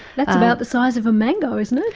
that's about the size of a mango isn't it?